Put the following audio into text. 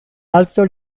alto